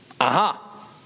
Aha